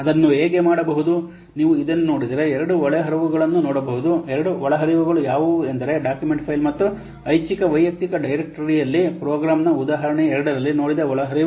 ಅದನ್ನು ಹೇಗೆ ಮಾಡಬಹುದು ನೀವು ಇದನ್ನು ನೋಡಿದರೆ 2 ಒಳಹರಿವುಗಳನ್ನು ನೋಡಬಹುದು 2 ಒಳಹರಿವುಗಳು ಯಾವುವು ಎಂದರೆ ಡಾಕ್ಯುಮೆಂಟ್ ಫೈಲ್ ಮತ್ತು ಐಚ್ಛಿಕ ವೈಯಕ್ತಿಕ ಡೈರೆಕ್ಟರಿಯಲ್ಲಿ ಪ್ರೋಗ್ರಾಂನ ಉದಾಹರಣೆ 2ರಲ್ಲಿ ನೋಡಿದ ಒಳಹರಿವುಗಳು